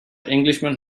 englishman